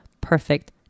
perfect